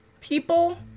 People